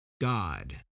God